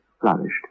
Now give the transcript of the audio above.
flourished